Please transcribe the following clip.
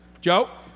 Joe